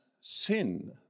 sin